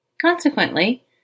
Consequently